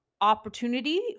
opportunity